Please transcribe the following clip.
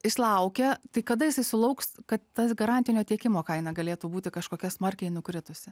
jis laukia tai kada jisai sulauks kad tas garantinio tiekimo kaina galėtų būti kažkokia smarkiai nukritusi